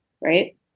right